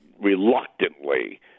reluctantly